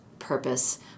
Purpose